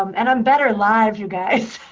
um and i'm better live, you guys.